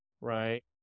right